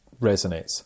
resonates